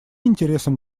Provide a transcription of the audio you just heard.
интересам